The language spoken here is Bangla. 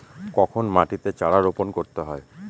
কখন মাটিতে চারা রোপণ করতে হয়?